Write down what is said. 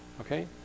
okay